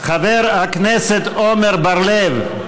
חבר הכנסת עמר בר-לב,